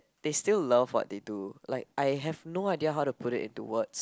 they still love what they do like I have no idea how to put it into words